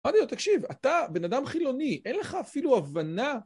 אמרתי לו, תקשיב, אתה בן אדם חילוני, אין לך אפילו הבנה...